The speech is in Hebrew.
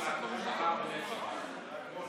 חבר